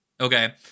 Okay